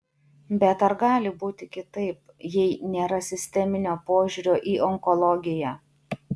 bet ar gali būti kitaip jei nėra sisteminio požiūrio į onkologiją